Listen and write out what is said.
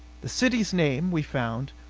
the city's name, we found,